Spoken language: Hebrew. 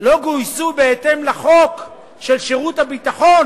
לא גויסו בהתאם לחוק שירות הביטחון